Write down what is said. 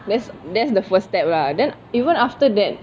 that's that's the first step lah then even after that